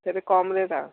ସେଠି କମ୍ ରେଟ୍ ଆଉ